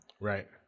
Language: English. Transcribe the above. Right